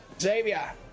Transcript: Xavier